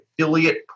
affiliate